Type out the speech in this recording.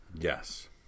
Yes